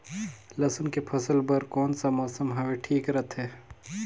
लसुन के फसल बार कोन सा मौसम हवे ठीक रथे?